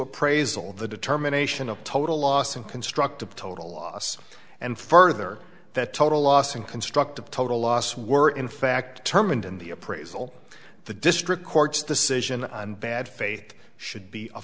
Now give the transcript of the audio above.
appraisal the determination of total loss and construct of total loss and further that total loss and constructive total loss were in fact termonde in the appraisal the district court's decision and bad faith should be a